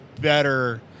better